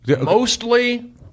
Mostly